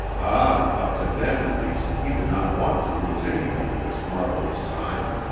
ah, up to then at least he did not want to lose anything of this marvelous time